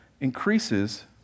increases